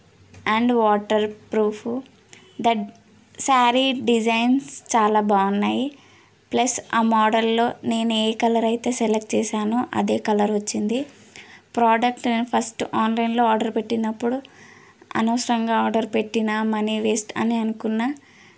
and waterproof that sari designs చాలా బాగున్నాయి plus ఆ మోడల్లో నేను ఏ కలర్ అయితే సెలెక్ట్ చేసానో అదే కలర్ వచ్చింది ప్రోడక్ట్ నేను ఫస్ట్ ఆన్లైన్లో ఆర్డర్ పెట్టినప్పుడు అనవసరంగా ఆర్డర్ పెట్టిన మనీ వేస్ట్ అని అనుకున్న